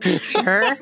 Sure